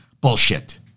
bullshit